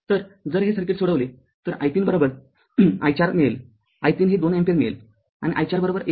तर जर हे सर्किट सोडविले तर i३ i४ मिळेल i३ हे २ अँपिअर मिळेल आणि i४१